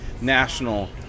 national